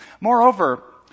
Moreover